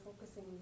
focusing